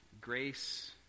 Grace